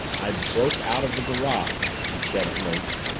i broke out of the garage, he said at length.